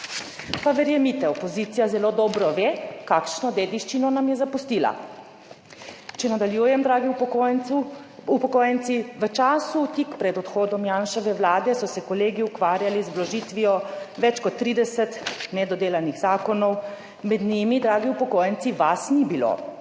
pa verjemite, opozicija zelo dobro ve, kakšno dediščino nam je zapustila. Če nadaljujem, dragi upokojenci, upokojenci, v času tik pred odhodom Janševe vlade so se kolegi ukvarjali z vložitvijo več kot trideset nedodelanih zakonov. Med njimi, dragi upokojenci, vas ni bilo.